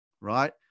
right